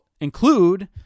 include